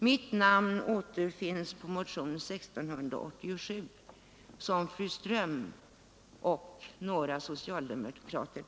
Mitt namn återfinns på motionen 1687, som väckts av fru Ström och några andra socialdemokrater.